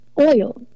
oil